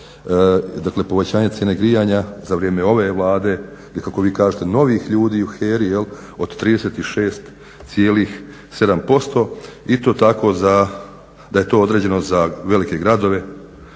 Dakle, povećanje cijene grijanja za vrijeme ove Vlade ili kako vi kažete novih ljudi u HERA-i od 36,7% i to tako za, da je to određeno za velike gradove